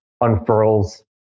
unfurls